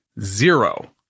Zero